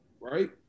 right